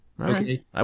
Okay